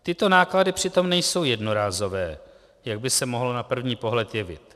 Tyto náklady přitom nejsou jednorázové, jak by se mohlo na první pohled jevit.